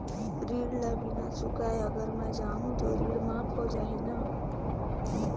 ऋण ला बिना चुकाय अगर मै जाहूं तो ऋण माफ हो जाही न?